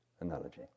analogy